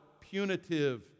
punitive